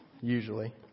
usually